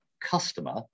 customer